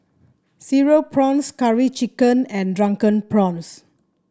Cereal Prawns Curry Chicken and Drunken Prawns